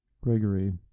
gregory